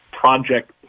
Project